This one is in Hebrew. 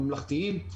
ממלכתיים,